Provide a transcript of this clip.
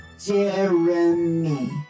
Jeremy